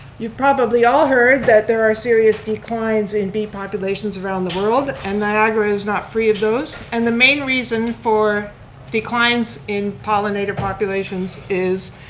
you've probably all heard that there are serious declines in bee populations around the world, and niagara is not free of those, and the main reason for declines in pollinator populations is